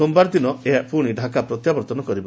ସୋମବାର ଦିନ ଏହା ଢ଼ାକା ପ୍ରତ୍ୟାବର୍ତ୍ତନ କରିବ